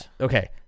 Okay